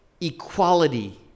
equality